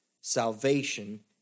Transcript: Salvation